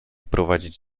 prowadzić